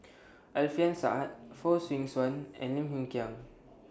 Alfian Sa'at Fong Swee Suan and Lim Hng Kiang